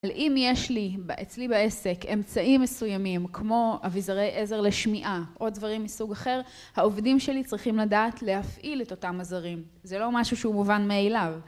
אם יש לי, אצלי בעסק, אמצעים מסוימים כמו אביזרי עזר לשמיעה או דברים מסוג אחר העובדים שלי צריכים לדעת להפעיל את אותם עזרים, זה לא משהו שהוא מובן מאליו